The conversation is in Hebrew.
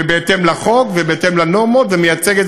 בהתאם לחוק ובהתאם לנורמות ומייצג את